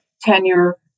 tenure